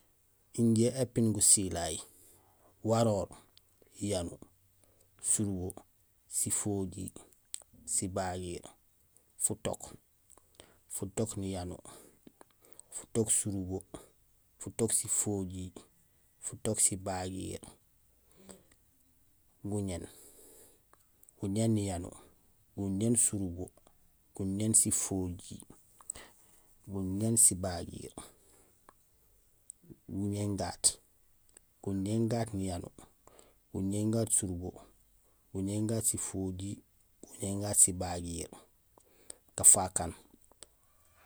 Injé épiin gusilay: waroor, yanuur, surubo, sifojiir, sibagiir, futook, futook niyanuur, futook surubo, futook sifojiir, futook sibagiir, guñéén, guñéén niyanuur, guñéén surubo, guñéén sifojiir, guñéén sibagiir, guñéén gaat, guñéén gaat niyanuur, guñéén gaat surubo, guñéén gaat sifojiir, guñéén gaat sibagiir, gafaak aan.